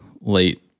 late